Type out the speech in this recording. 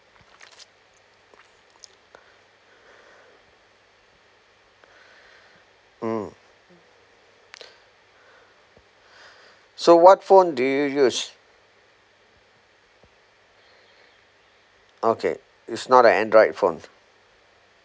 mm so what phone do you use okay it's not an android phone